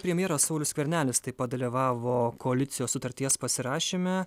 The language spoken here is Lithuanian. premjeras saulius skvernelis taip pat dalyvavo koalicijos sutarties pasirašyme